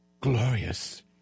glorious